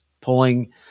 pulling